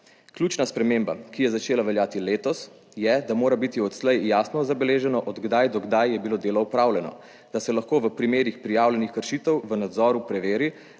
Ključna sprememba, ki je začela veljati letos, je, da mora biti odslej jasno zabeleženo, od kdaj do kdaj je bilo delo opravljeno, da se lahko v primerih prijavljenih kršitev v nadzoru preveri,